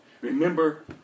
Remember